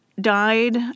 died